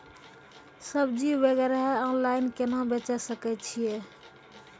सब्जी वगैरह ऑनलाइन केना बेचे सकय छियै?